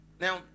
now